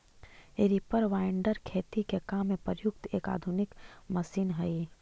reaper binder खेती के काम में प्रयुक्त एक आधुनिक मशीन हई